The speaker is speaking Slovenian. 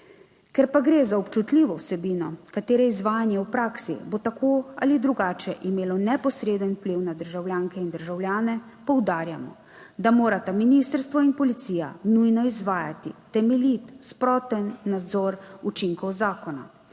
Ker pa gre za občutljivo vsebino katere izvajanje v praksi bo tako ali drugače imelo neposreden vpliv na državljanke in državljane. Poudarjamo, da morata ministrstvo in policija nujno izvajati temeljit, sproten nadzor učinkov zakona.